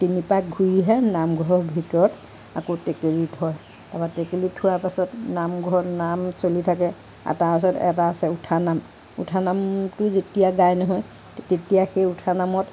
তিনি পাক ঘূৰিহে নামঘৰৰ ভিতৰত আকৌ টেকেলি থয় তাৰ পৰা টেকেলি থোৱাৰ পাছত নামঘৰত নাম চলি থাকে আৰু তাৰ পাছত এটা আছে উঠা নাম উঠা নামটো যেতিয়া গাই নহয় তেতিয়া সেই উঠা নামত